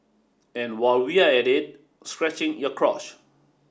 and while we're at it scratching your crotch